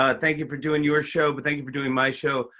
ah thank you for doing your show, but thank you for doing my show.